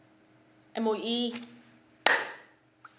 M_O_E